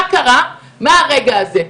מה קרה מהרגע הזה.